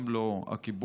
גם לא הכיבוש,